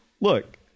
look